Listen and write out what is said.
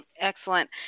Excellent